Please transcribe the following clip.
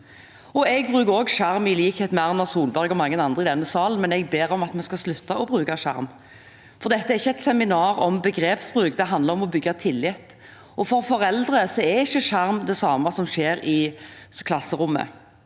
Jeg bruker også skjerm, i likhet med Erna Solberg og mange andre i denne sal, men jeg ber om at vi skal slutte å bruke begrepet «skjerm». Dette er ikke et seminar om begrepsbruk. Det handler om å bygge tillit. For foreldre er ikke «skjerm» det samme som skjer i klasserommet.